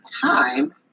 time